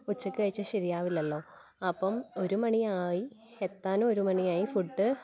ഉച്ചയ്ക്ക് കഴിച്ചാൽ ശരിയാവില്ലല്ലോ അപ്പം ഒരു മണിയായി എത്താനും ഒരു മണിയായി ഫുഡ്